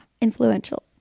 influential